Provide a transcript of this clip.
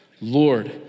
Lord